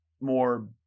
more